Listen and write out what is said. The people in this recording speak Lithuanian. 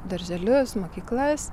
darželius mokyklas